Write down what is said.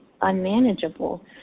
unmanageable